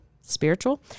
spiritual